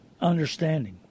understanding